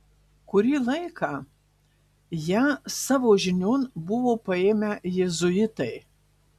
kurį laiką ją savo žinion buvo paėmę jėzuitai